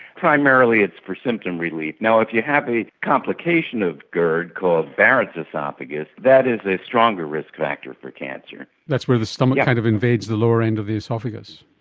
primarily it's for symptom relief. if you have a complication of gerd called barrett's oesophagus, that is a stronger risk factor for cancer. that's where the stomach kind of invades the lower end of the oesophagus.